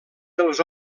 dels